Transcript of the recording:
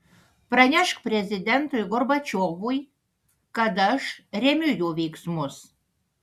pranešk prezidentui gorbačiovui kad aš remiu jo veiksmus